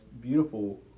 beautiful